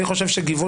עורכי